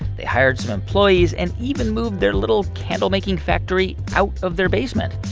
they hired some employees and even moved their little candle-making factory out of their basement.